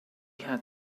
had